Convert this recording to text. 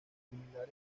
similares